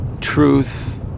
truth